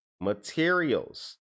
materials